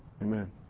Amen